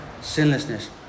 sinlessness